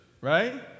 right